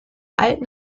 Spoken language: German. alten